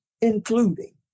including